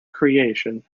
creation